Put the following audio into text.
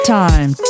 time